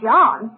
John